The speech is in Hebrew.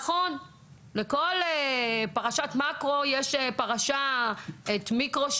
נכון שלכל פרשת מאקרו יש פרשת מיקרו,